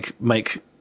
make